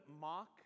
mock